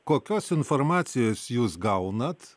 kokios informacijos jūs gaunat